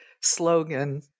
slogan